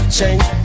change